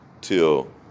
till